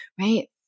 right